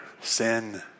sin